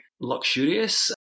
luxurious